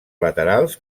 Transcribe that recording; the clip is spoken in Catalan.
laterals